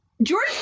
George